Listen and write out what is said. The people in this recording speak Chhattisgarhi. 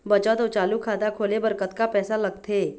बचत अऊ चालू खाता खोले बर कतका पैसा लगथे?